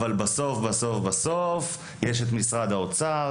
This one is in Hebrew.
אבל בסוף יש את משרד האוצר,